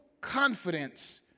confidence